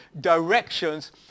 directions